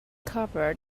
covered